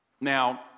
Now